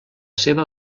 seva